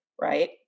right